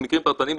במקרים פרטניים,